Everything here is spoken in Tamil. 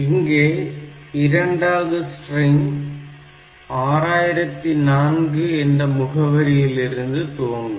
இங்கே இரண்டாவது ஸ்ட்ரிங் 6004 என்ற முகவரியிலிருந்து துவங்கும்